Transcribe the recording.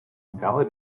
ballad